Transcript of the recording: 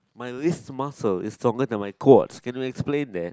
my wrist muscle is stronger than my quad can you explain that